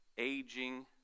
Aging